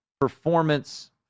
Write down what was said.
performance